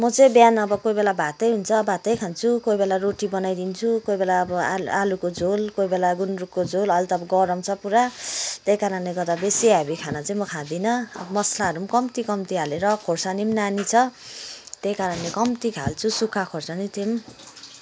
म चाहिँ बिहान अब कोही बेला भातै हुन्छ भातै खान्छु कोही बेला रोटी बनाइदिन्छु कोही बेला अब आलुको झोल कोही बेला गुन्द्रुकको झोल अहिले त अब गरम छ पुरा त्यही कारणले गर्दा बेसी हेभी खाना चाहिँ म खादिनँ मसलाहरू पनि कम्ति कम्ति हालेर खोर्सानी पनि नानी छ त्यही कारणले कम्ति हाल्छु सुखा खोर्सानी त्यो पनि